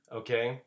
okay